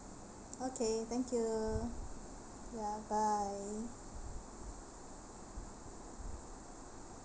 okay thank you ya bye